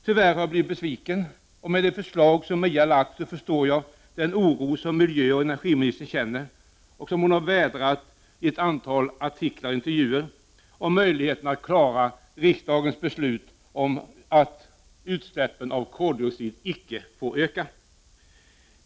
Tyvärr har jag blivit besviken och med de förslag som MIA har lagt fram förstår jag den oro som miljöoch energiministern känner — och som hon har vädrat i ett antal artiklar och intervjuer — inför möjligheterna att genomföra riksdagens beslut om att utsläppen av koldioxid inte får öka.